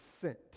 sent